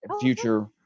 future